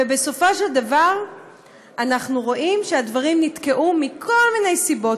ובסופו של דבר אנחנו רואים שהדברים נתקעו מכל מיני סיבות.